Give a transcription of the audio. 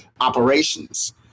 operations